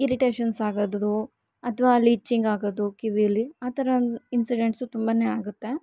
irritations ಆಗೋದದು ಅಥ್ವಾ ಅಲ್ಲಿ ಇಚ್ಚಿಂಗ್ ಆಗೋದು ಕಿವಿಯಲ್ಲಿ ಆ ಥರ ಇನ್ಸಿಡೆಂಟ್ಸು ತುಂಬನೇ ಆಗತ್ತೆ